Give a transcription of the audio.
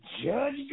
Judge